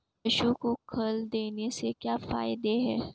पशु को खल देने से क्या फायदे हैं?